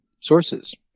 sources